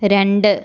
രണ്ട്